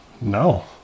No